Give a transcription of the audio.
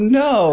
no